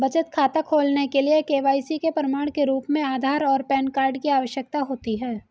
बचत खाता खोलने के लिए के.वाई.सी के प्रमाण के रूप में आधार और पैन कार्ड की आवश्यकता होती है